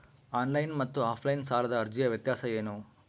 Online ಮತ್ತು offline ಸಾಲದ ಅರ್ಜಿಯ ವ್ಯತ್ಯಾಸ ಏನು?